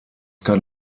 kann